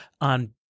on